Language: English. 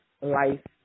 life